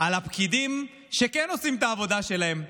על הפקידים שכן עושים את העבודה שלהם.